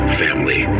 family